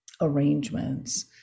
arrangements